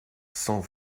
cent